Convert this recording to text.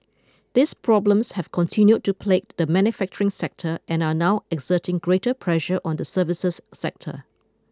these problems have continued to plague the manufacturing sector and are now exerting greater pressure on the services sector